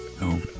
No